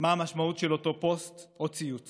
מה המשמעות של אותו פוסט או ציוץ